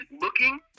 looking